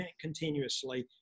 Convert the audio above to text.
continuously